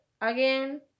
again